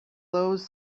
loews